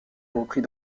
repris